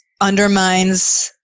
undermines